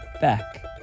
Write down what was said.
back